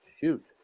Shoot